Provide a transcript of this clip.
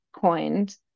coined